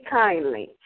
kindly